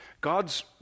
God's